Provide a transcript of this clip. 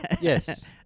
Yes